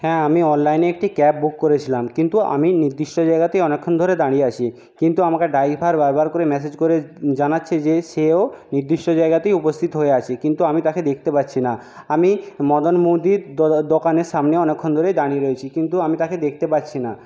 হ্যাঁ আমি অনলাইনে একটি ক্যাব বুক করেছিলাম কিন্তু আমি নির্দিষ্ট জায়গাতেই অনেকক্ষণ ধরে দাঁড়িয়ে আছি কিন্তু আমাকে ড্রাইভার বার বার করে ম্যাসেজ করে জানাচ্ছে যে সেও নির্দিষ্ট জায়গাতেই উপস্থিত হয়ে আছে কিন্তু আমি তাকে দেখতে পাচ্ছি না আমি মদন মুদির দোকানের সামনে অনেকক্ষণ ধরেই দাঁড়িয়ে রয়েছি কিন্তু আমি তাকে দেখতে পাচ্ছি না